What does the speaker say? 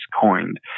coined